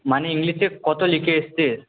মানে ইংলিশে কত লিখে এসছিস